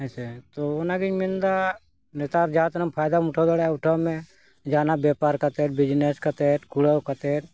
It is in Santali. ᱦᱮᱸ ᱥᱮ ᱛᱚ ᱚᱱᱟᱜᱤᱧ ᱢᱮᱱᱫᱟ ᱱᱮᱛᱟᱨ ᱡᱟᱦᱟᱸ ᱛᱤᱱᱟᱹᱜ ᱯᱷᱟᱭᱫᱟᱢ ᱩᱴᱷᱟᱹᱣ ᱫᱟᱲᱮᱭᱟᱜᱼᱟ ᱩᱴᱷᱟᱹᱣ ᱢᱮ ᱡᱟᱦᱟᱱᱟᱜ ᱵᱮᱯᱟᱨ ᱠᱟᱛᱮᱫ ᱵᱤᱡᱱᱮᱥ ᱠᱟᱛᱮᱫ ᱠᱩᱲᱟᱹᱣ ᱠᱟᱛᱮᱫ